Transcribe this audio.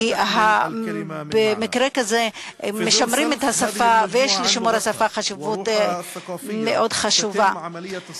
כי במקרה כזה משמרים את השפה ויש לשימור השפה חשיבות מאוד חזקה.